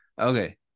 Okay